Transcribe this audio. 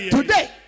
today